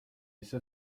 ise